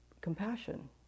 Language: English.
compassion